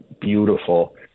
beautiful